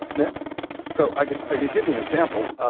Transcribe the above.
yeah so i could give give you an example. ah